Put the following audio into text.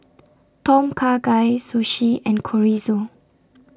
Tom Kha Gai Sushi and Chorizo